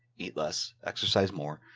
eat less, exercise more,